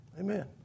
Amen